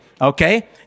okay